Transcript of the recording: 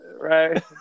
right